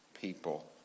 people